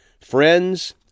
Friends